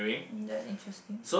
um that's interesting